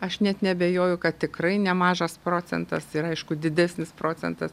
aš net neabejoju kad tikrai nemažas procentas yra aišku didesnis procentas